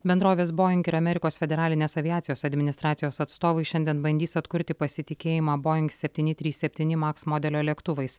bendrovės boeing ir amerikos federalinės aviacijos administracijos atstovai šiandien bandys atkurti pasitikėjimą boeing septyni trys septyni max modelio lėktuvais